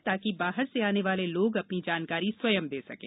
ताकि बाहर से आने वाले लोग अपनी जानकारी स्वयं दे सकें